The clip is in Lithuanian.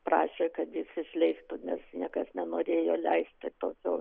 prašė kad jis išleistų nes niekas nenorėjo leisti tokio